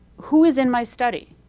who is in my study?